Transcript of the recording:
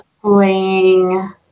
playing